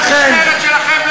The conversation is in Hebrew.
תחת המשמרת שלכם,